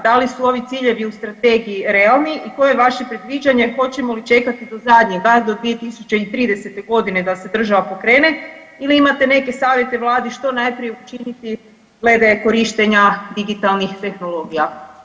Da li su ovi ciljevi u Strategiji realni i koje je vaše predviđanje, hoćemo li čekati do zadnjega, do 2030. g. da se država pokrene ili imate neke savjete Vladi što najprije učiniti glede korištenja digitalnih tehnologija.